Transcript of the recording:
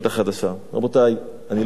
רבותי, אני לא קורע ספרים.